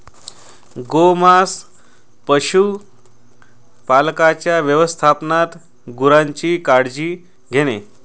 गोमांस पशुपालकांच्या व्यवस्थापनात गुरांची काळजी घेणे